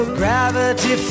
gravity